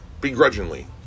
Begrudgingly